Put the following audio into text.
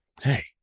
hey